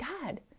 God